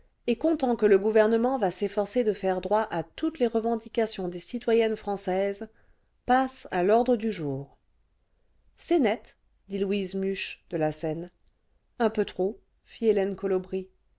et comptant que le gouvernement va s'efforcer de faire droit à toutes les revendications des citoyennes françaises passe à l'ordre du jour le vingtième siècle c'est net dit louise muche de la seine un peu trop fit hélène